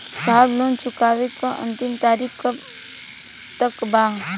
साहब लोन चुकावे क अंतिम तारीख कब तक बा?